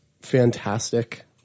fantastic